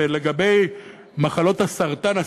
ולגבי מחלות הסרטן,